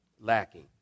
lacking